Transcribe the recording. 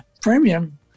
premium